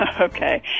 Okay